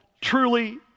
truly